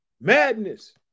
madness